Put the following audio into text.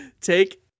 Take